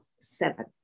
seven